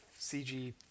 CG